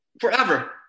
forever